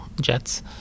jets